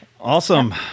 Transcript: Awesome